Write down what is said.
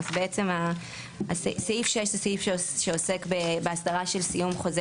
אז בעצם סעיף 6 זה סעיף שעוסק בהסדרה של סיום חוזה